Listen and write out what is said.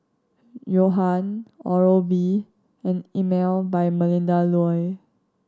Johan Oral B and Emel by Melinda Looi